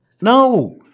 no